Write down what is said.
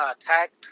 attacked